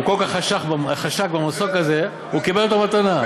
הוא כל כך חשק במסוק הזה, הוא קיבל אותו מתנה.